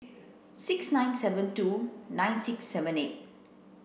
six nine seven two nine six seven eight